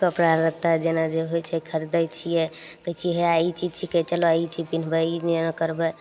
कपड़ा लत्ता जेना जे होइ छै खरिदय छियै कहय छियै हे आइ ई चीज छिकै चलय ई चीज पिन्हबै ई एना करबय